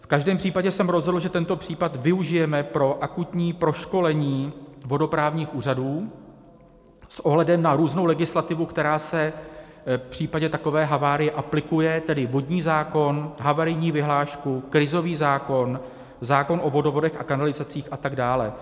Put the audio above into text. V každém případě jsem rozhodl, že tento případ využijeme pro akutní proškolení vodoprávního úřadu s ohledem na různou legislativu, která se v případě takové havárie aplikuje, tedy vodní zákon, havarijní vyhlášku, krizový zákon, zákon o vodovodech a kanalizacích atd.